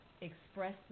express